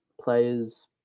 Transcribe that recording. players